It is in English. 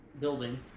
building